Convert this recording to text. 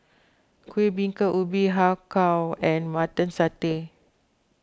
Kuih Bingka Ubi Har Kow and Mutton Satay